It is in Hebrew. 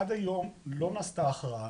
עד היום לא נעשתה הכרעה,